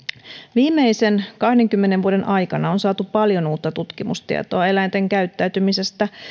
viimeisten kahdenkymmenen vuoden aikana on saatu paljon uutta tutkimustietoa eläinten käyttäytymisestä